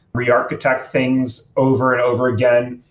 rearchitect things over and over again.